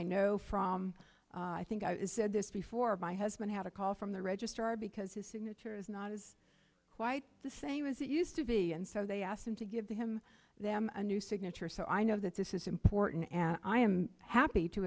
i know from i think i said this before my husband had a call from the registrar because his signature is not as quite the same as it used to be and so they asked give him them a new signature so i know that this is important and i am happy to